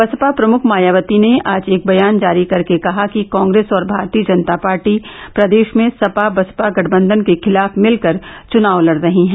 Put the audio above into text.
बसपा प्रमुख मायावती ने आज एक बयान जारी कर कहा है कि कॉग्रेस और भारतीय जनता पार्टी प्रदेष में सपा बसपा गठबंधन के खिलाफ मिलकर चुनाव लड़ रही हैं